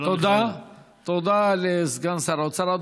תודה לסגן שר האוצר.